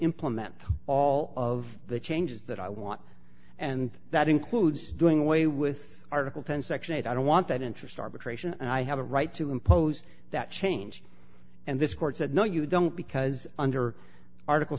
implement all of the changes that i want and that includes doing away with article ten section eight i don't want that interest arbitration i have a right to impose that change and this court said no you don't because under article